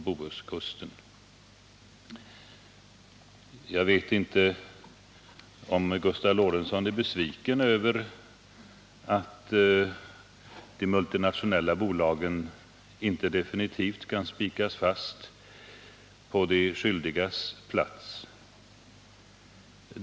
Bohuskusten. Jag vet inte om Gustav Lorentzon är besviken över att de multinationella bolagen inte definitivt kan spikas fast på de skyldigas plats.